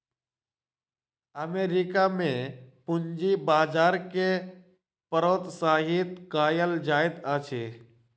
America में पूंजी बजार के प्रोत्साहित कयल जाइत अछि